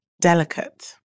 delicate